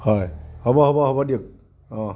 হয় হ'ব হ'ব হ'ব দিয়ক